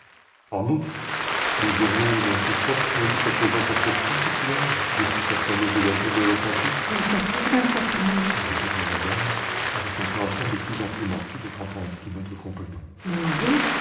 en outre les journaux n'ont-ils pas signalé sa présence en turquie cet hiver depuis sa fameuse évasion de la santé il se trouve dans ce train répéta la dame avec l'intention de plus en plus marquée d'être entendue de notre compagnon mon mari